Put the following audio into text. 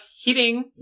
hitting